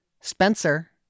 Spencer